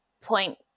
point